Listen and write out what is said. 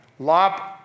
lop